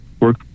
work